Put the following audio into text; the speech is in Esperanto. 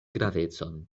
gravecon